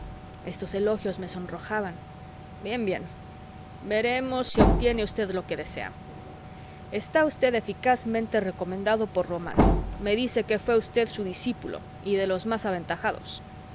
estos elogios me sonrojaban bien bien veremos si obtiene usted lo que desea está usted eficazmente recomendado por román me dice que fué usted su discípulo y de los más aventajados